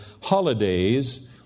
holidays